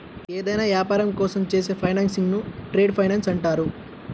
ఏదైనా యాపారం కోసం చేసే ఫైనాన్సింగ్ను ట్రేడ్ ఫైనాన్స్ అంటారు